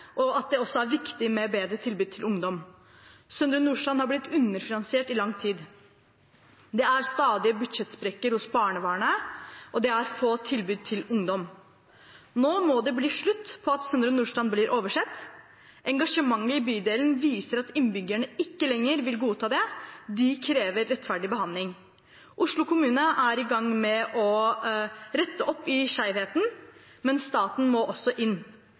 og at det også er viktig med bedre tilbud til ungdom. Søndre Nordstrand har blitt underfinansiert i lang tid. Det er stadige budsjettsprekker hos barnevernet, og det er få tilbud til ungdom. Nå må det bli slutt på at Søndre Nordstrand blir oversett. Engasjementet i bydelen viser at innbyggerne ikke lenger vil godta det. De krever rettferdig behandling. Oslo kommune er i gang med å rette opp i skjevheten, men staten må også inn.